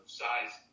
size